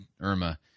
Irma